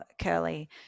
curly